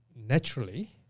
naturally